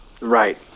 Right